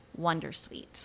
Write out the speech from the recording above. wondersuite